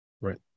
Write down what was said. Right